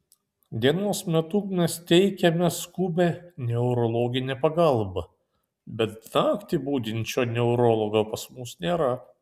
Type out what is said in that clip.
dienos metu mes teikiame skubią neurologinę pagalbą bet naktį budinčio neurologo pas mus nėra